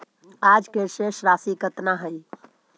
आज के शेष राशि केतना हई?